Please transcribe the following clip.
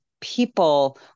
people